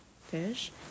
fish